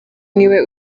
niwe